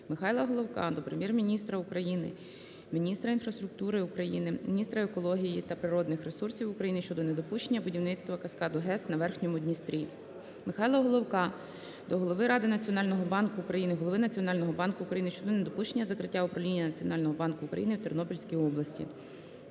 Михайла Головка до Прем'єр-міністра України, міністра інфраструктури України, міністра екології та природних ресурсів України щодо недопущення будівництва каскаду ГЕС на Верхньому Дністрі. Михайла Головка до голови Ради Національного банку України, голови Національного банку України щодо недопущення закриття управління Національного банку України в Тернопільській області.